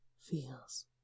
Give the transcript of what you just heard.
feels